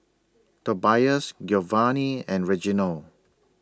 Tobias Giovanny and Reginal